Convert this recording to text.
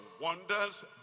wonders